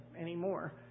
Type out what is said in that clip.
anymore